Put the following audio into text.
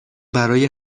برای